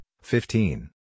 fifteen